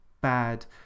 bad